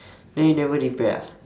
then you never repair ah